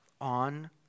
on